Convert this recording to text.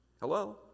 Hello